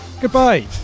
Goodbye